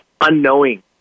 Unknowing